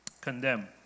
Condemn